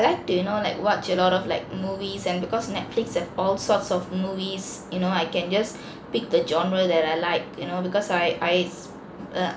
like to you know like watch a lot of like movies and because netflix have all sorts of movies you know I can just pick the genre that I like you know because I I uh